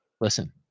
listen